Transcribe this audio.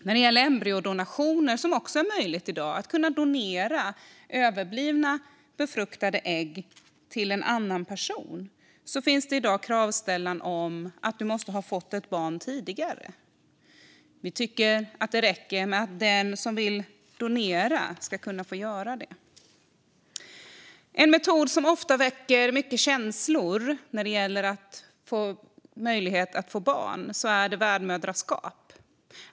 När det gäller embryodonationer, alltså möjligheten att kunna donera överblivna befruktade ägg till en annan person, finns det i dag krav på att du måste ha fått ett barn tidigare. Vi tycker att den som vill donera ska kunna få göra det och att det räcker. En metod för att få barn som ofta väcker mycket känslor är värdmödraskap.